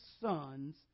sons